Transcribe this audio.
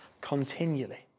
continually